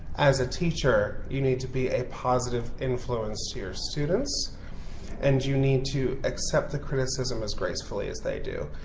as a teacher, you need to be a positive influence to your students and you need to accept the criticism as gracefully as they do.